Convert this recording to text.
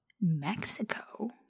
Mexico